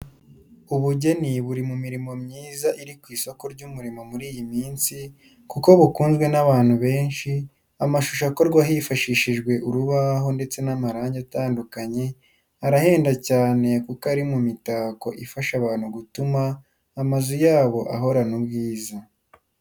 Ubugeni buri mu mirimo myiza iri ku isoko ry'umurimo muri iyi minsi kuko bukunzwe n'abantu benshi, amashusho akorwa hifashishijwe urubaho ndetse n'amarangi atandukanye arahenda cyane kuko ari mu mitako ifasha abantu gutuma amazu yabo ahorana ubwiza.